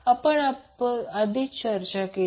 जेव्हा आपण चर्चा केली